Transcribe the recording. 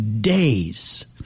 days